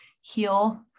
heal